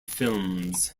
films